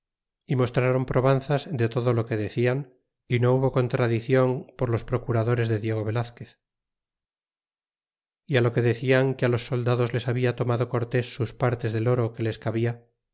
y mostrron probanzas de todo lo que decian y no hubo contradicion por los procuradores de diego velazquez e lo que decian que los soldados les habia tomado cortés sus partes del oro que les cabia